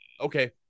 okay